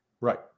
right